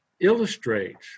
illustrates